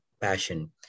passion